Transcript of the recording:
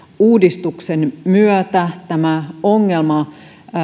uudistuksen myötä tämä ongelma